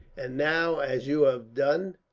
and now, as you have done,